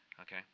Okay